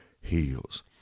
heals